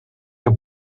your